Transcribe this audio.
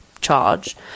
charge